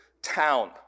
town